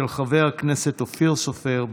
של חבר הכנסת אופיר סופר.